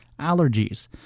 allergies